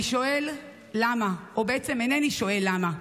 אני שואל למה, או בעצם אינני שואל למה.